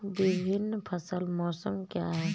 विभिन्न फसल मौसम क्या हैं?